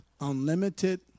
unlimited